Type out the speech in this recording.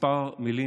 כמה מילים,